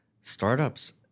Startups